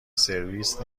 سرویس